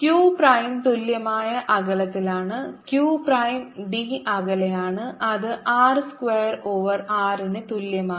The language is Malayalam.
Q പ്രൈം തുല്യമായ അകലത്തിലാണ് q പ്രൈം d അകലെയാണ് അത് r സ്ക്വാർ ഓവർ R ന് തുല്യമാണ്